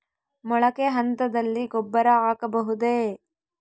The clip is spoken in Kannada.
ಮೊಳಕೆ ಹಂತದಲ್ಲಿ ಗೊಬ್ಬರ ಹಾಕಬಹುದೇ?